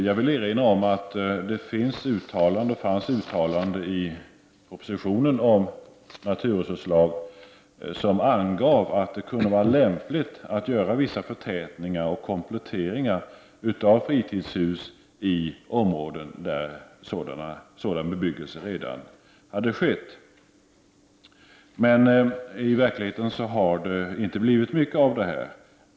Jag vill erinra om att det i propositionen om naturresurslagen finns uttalanden, som anger att det kan vara lämpligt att göra vissa förtätningar och kompletteringar av fritidshusbebyggelsen i områden där sådan bebyggelse redan finns. I verkligheten har det inte blivit mycket av detta.